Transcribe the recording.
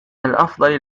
الأفضل